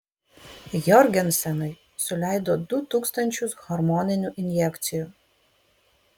jorgensenui suleido du tūkstančius hormoninių injekcijų